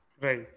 Right